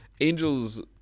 Angels